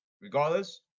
regardless